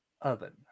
Oven